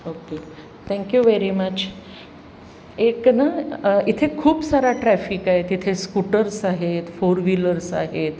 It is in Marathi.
ओके थँक्यू व्हेरी मच एक ना इथे खूप सारा ट्रॅफिक आहे तिथे स्कूटर्स आहेत फोर व्हीलर्स आहेत